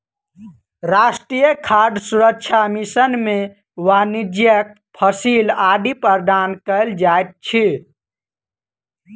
राष्ट्रीय खाद्य सुरक्षा मिशन में वाणिज्यक फसिल आदि प्रदान कयल जाइत अछि